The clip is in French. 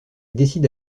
décide